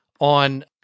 on